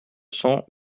cents